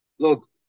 Look